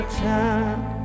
time